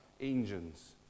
engines